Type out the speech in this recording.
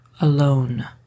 alone